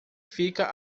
fica